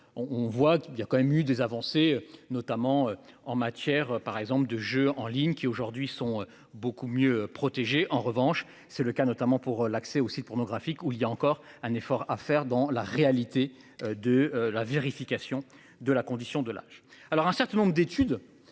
On voit qu'il y a quand même eu des avancées, notamment en matière par exemple de jeux en ligne qui aujourd'hui sont beaucoup mieux protégés. En revanche, c'est le cas notamment pour l'accès aux sites pornographiques, où il y a encore un effort à faire dans la réalité de la vérification de la condition de l'âge alors un certain nombre d'études